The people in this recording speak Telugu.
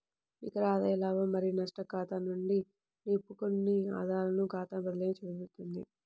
నికర ఆదాయ లాభం మరియు నష్టం ఖాతా నుండి నిలుపుకున్న ఆదాయాల ఖాతాకు బదిలీ చేయబడుతుంది